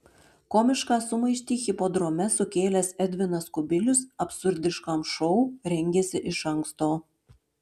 komišką sumaištį hipodrome sukėlęs edvinas kubilius absurdiškam šou rengėsi iš anksto